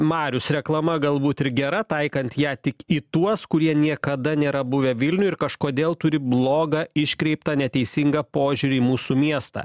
marius reklama galbūt ir gera taikant ją tik į tuos kurie niekada nėra buvę vilniuj ir kažkodėl turi blogą iškreiptą neteisingą požiūrį į mūsų miestą